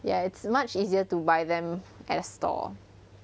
ya it's much easier to buy them at a store